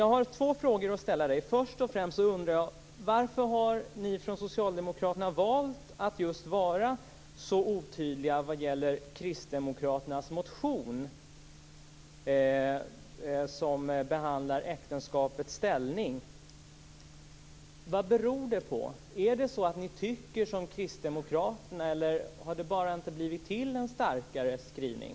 Jag har två frågor att ställa dig. Först och främst undrar jag: Varför har ni från Socialdemokraterna valt att just vara så otydliga vad gäller kristdemokraternas motion som behandlar äktenskapets ställning? Vad beror det på? Tycker ni som kristdemokraterna eller har det bara inte blivit en starkare skrivning?